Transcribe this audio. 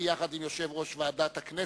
אני, יחד עם יושב-ראש ועדת הכנסת,